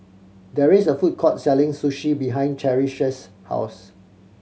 there is a food court selling Sushi behind Cherish's house